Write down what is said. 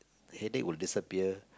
headache will disappear